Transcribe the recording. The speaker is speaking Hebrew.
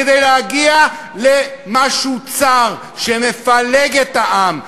כדי להגיע למשהו צר שמפלג את העם,